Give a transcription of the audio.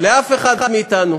לאף אחד מאתנו.